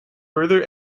further